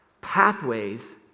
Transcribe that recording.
pathways